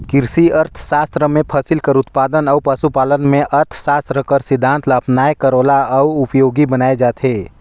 किरसी अर्थसास्त्र में फसिल कर उत्पादन अउ पसु पालन में अर्थसास्त्र कर सिद्धांत ल अपनाए कर ओला अउ उपयोगी बनाए जाथे